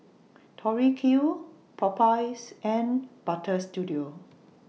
Tori Q Popeyes and Butter Studio